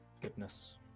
goodness